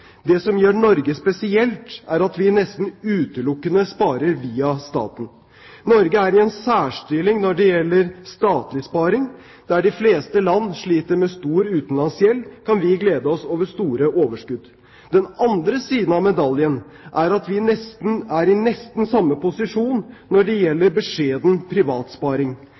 Det som gjør Norge spesielt, er at vi nesten utelukkende sparer via staten. Norge er i en særstilling når det gjelder statlig sparing. Der de fleste land sliter med stor utenlandsgjeld, kan vi glede oss over store overskudd. Den andre siden av medaljen er at vi er i nesten samme posisjon når det gjelder beskjeden